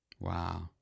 Wow